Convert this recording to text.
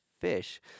fish